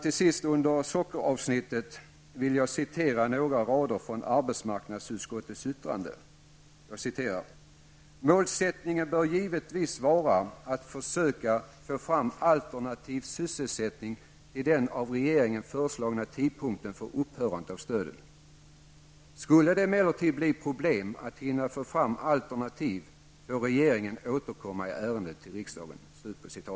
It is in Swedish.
Till sist under sockeravsnittet vill jag citera några rader från arbetsmarknadsutskottets yttrande: ''Målsättningen bör givetvis vara att försöka få fram alternativ sysselsättning till den av regeringen föreslagna tidpunkten för upphörande av stödet. Skulle det emellertid bli problem att hinna få fram alternativ får regeringen återkomma i ärendet till riksdagen.''